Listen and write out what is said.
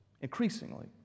Increasingly